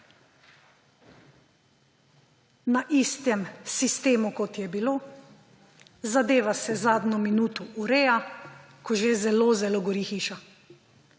na istem sistemu, kot je bilo, zadeva se zadnjo minuto ureja, ko že zelo, zelo gori hiša.